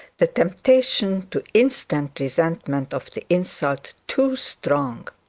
the temptation to instant resentment of the insult too strong.